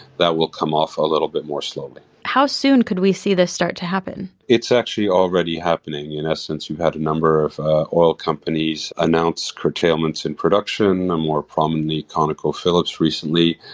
that will come off a little bit more slowly how soon could we see this start to happen? it's actually already happening. in essence, we've had a number of oil companies announce curtailments in production, and more prominently conocophillips, recently.